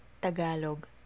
Tagalog